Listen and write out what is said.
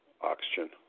oxygen